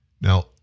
Now